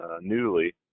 newly